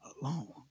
alone